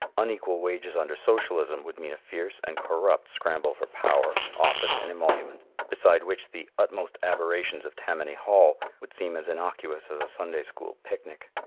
unequal wages under socialism would mean a fierce and corrupt scramble for power, office and emolument, beside which the utmost aberrations of tammany hall would seem as innocuous as a sunday school picnic.